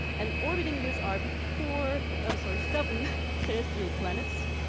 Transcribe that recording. and orbiting this are four, i'm sorry, seven terrestrial planets,